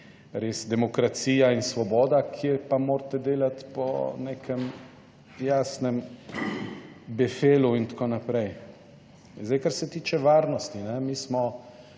res demokracija in svoboda, kje pa morate delati po nekem jasnem befelu in tako naprej. In zdaj kar se tiče varnosti. Mi smo